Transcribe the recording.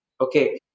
Okay